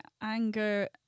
anger